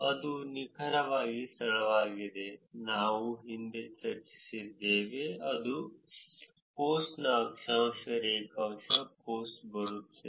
ಅದು ನಿಖರವಾದ ಸ್ಥಳವಾಗಿದೆ ನಾವು ಹಿಂದೆ ಚರ್ಚಿಸಿದ್ದೇವೆ ಇದು ಪೋಸ್ಟ್ನ ಅಕ್ಷಾಂಶ ರೇಖಾಂಶವು ಪೋಸ್ಟ್ ಬರುತ್ತಿದೆ